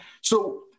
so-